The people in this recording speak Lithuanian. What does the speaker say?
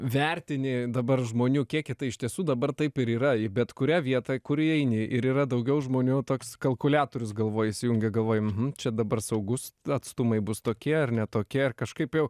vertini dabar žmonių kiekį tai iš tiesų dabar taip ir yra į bet kurią vietą kur įeini ir yra daugiau žmonių toks kalkuliatorius galvoj įsijungia galvoji mhm čia dabar saugus atstumai bus tokie ar ne tokie ar kažkaip jau